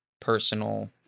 personal